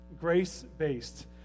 Grace-based